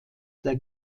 der